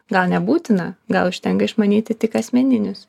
gal nebūtina gal užtenka išmanyti tik asmeninius